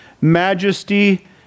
majesty